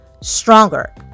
stronger